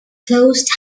close